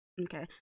okay